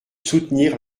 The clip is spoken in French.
soutenir